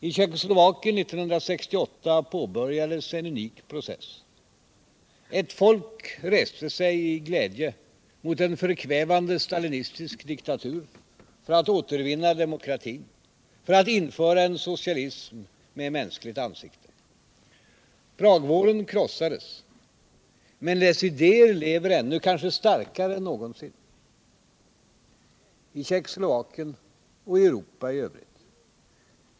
I Tjeckoslovakien 1968 påbörjades en unik process: Ett folk reste sig i glädje mot en förkvävande stalinistisk diktatur för att återvinna demokrati, för att införa en socialism med mänskligt ansikte. Pragvåren krossades. Men dess idéerlever ännu, kanske starkare än någonsin, i Tjeckoslovakien och i Europa i övrigt.